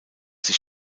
sich